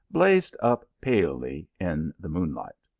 blazed up palely in the moonlight.